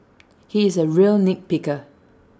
he is A real nit picker